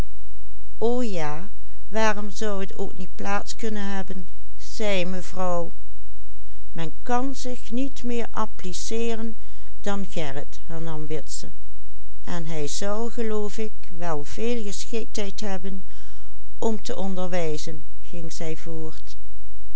mevrouw men kan zich niet meer appliceeren dan gerrit hernam witse en hij zou geloof ik wel veel geschiktheid hebben om te onderwijzen ging zij voort